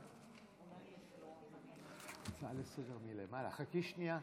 ונאמתי בפניכם על הצעת החוק שלי בדבר תופעת דמי החסות,